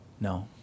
No